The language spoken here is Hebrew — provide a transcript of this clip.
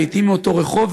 לעתים מאותו רחוב,